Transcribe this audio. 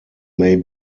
may